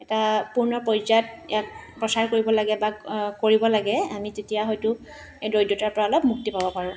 এটা মানে পূৰ্ণ পৰ্যায়ত ইয়াক প্ৰচাৰ কৰিব লাগে বা কৰিব লাগে আমি তেতিয়া হয়তো এই দৰিদ্ৰতাৰ পৰা অলপ মুক্তি পাব পাৰোঁ